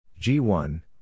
G1